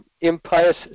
impious